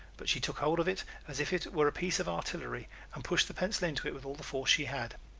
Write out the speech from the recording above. but she took hold of it as if it were a piece of artillery and pushed the pencil into it with all the force she had.